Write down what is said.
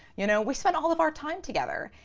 you know, we spent all of our time together.